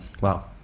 Wow